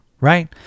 right